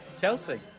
Chelsea